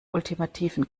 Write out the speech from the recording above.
ultimativen